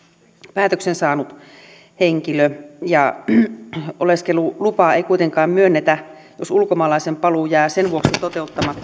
päätöksen saanut henkilö oleskelulupaa ei kuitenkaan myönnetä jos ulkomaalaisen paluu jää toteuttamatta